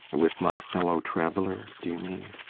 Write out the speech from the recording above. with my fellow-traveller, do you mean?